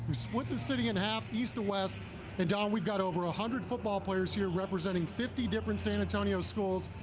split the city in half, east to west, and um we've got over a hundred football players here representing fifty different san antonio schools,